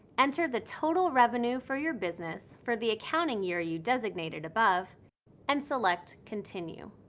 enter the total revenue for your business for the accounting year you designated above and select continue.